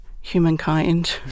humankind